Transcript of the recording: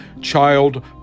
child